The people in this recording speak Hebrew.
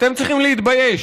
אתם צריכים להתבייש.